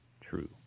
True